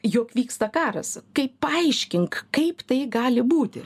jog vyksta karas kaip paaiškink kaip tai gali būti